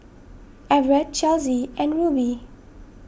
Evertt Chelsi and Rubie